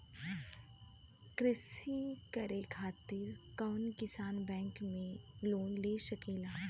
कृषी करे खातिर कउन किसान बैंक से लोन ले सकेला?